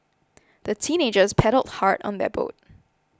the teenagers paddled hard on their boat